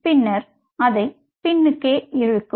பின்னர் அதை பின்னுக்கு இழுக்கும்